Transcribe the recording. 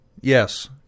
Yes